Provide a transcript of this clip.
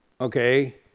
okay